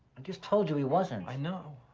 i just told you, he wasn't. i know.